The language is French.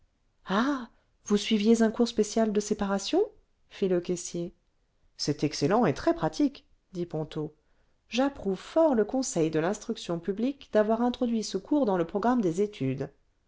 ah vous suiviez un cours spécial de séparations fit le caissier c'est excellent et très pratique dit ponto j'approuve fort le conseil de l'instruction publique d'avoir introduit ce cours dans le programme des études